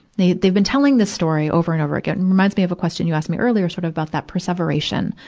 they they've been telling this story over and over again. reminds me of a question you asked me earlier, sort of about that perseveration,